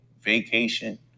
vacation